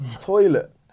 toilet